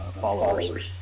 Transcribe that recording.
followers